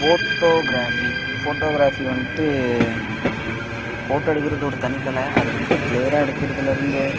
photography photography வந்துட்டு photo எடுக்கிறது ஒரு தனிக்கலை அது வந்துட்டு க்ளியராக எடுக்கிறதுலேருந்து